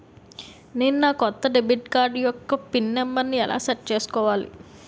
నేను నా కొత్త డెబిట్ కార్డ్ యెక్క పిన్ నెంబర్ని ఎలా సెట్ చేసుకోవాలి?